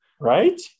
right